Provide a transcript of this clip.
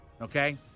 okay